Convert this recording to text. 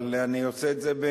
אבל אני עושה את זה,